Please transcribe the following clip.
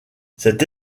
cette